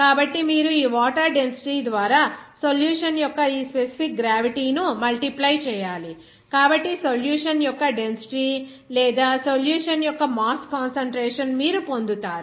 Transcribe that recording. కాబట్టి మీరు ఈ వాటర్ డెన్సిటీ ద్వారా సొల్యూషన్ యొక్క ఈ స్పెసిఫిక్ గ్రావిటీ ను మల్టిప్లై చేయాలి కాబట్టి సొల్యూషన్ యొక్క డెన్సిటీ లేదా సొల్యూషన్ యొక్క మాస్ కాన్సంట్రేషన్ మీరు పొందుతారు